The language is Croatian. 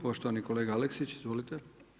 Poštovani kolega Aleksić, izvolite.